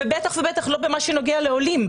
ובטח בכל מה שנוגע לעולים.